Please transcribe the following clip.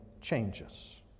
changes